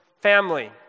family